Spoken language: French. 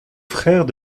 frère